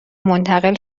منتقل